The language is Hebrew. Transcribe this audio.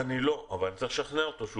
למה אתה מאפשר לו ועדת חריגים בשדה?